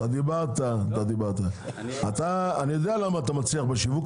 אני יודע למה אתה מצליח בשיווק,